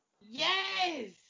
yes